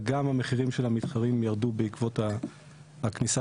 וגם המחירים של המתחרים ירדו בעקבות הכניסה